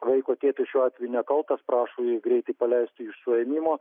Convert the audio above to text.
vaiko tėtis šiuo atveju nekaltas prašo jį greitai paleisti iš suėmimo